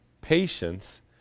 patience